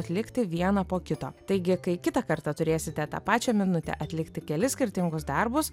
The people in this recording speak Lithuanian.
atlikti vieną po kito taigi kai kitą kartą turėsite tą pačią minutę atlikti kelis skirtingus darbus